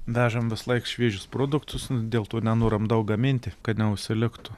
vežam visą laik šviežius produktus dėl to nenoram daug gaminti kad neužsiliktų